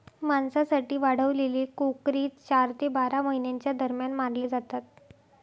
मांसासाठी वाढवलेले कोकरे चार ते बारा महिन्यांच्या दरम्यान मारले जातात